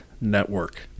network